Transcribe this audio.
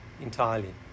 entirely